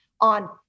on